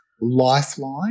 Lifeline